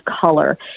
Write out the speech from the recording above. color